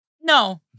No